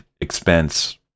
expense